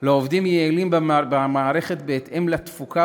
עובדים יעילים במערכת בהתאם לתפוקה